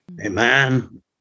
amen